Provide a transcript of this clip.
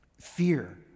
fear